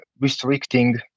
restricting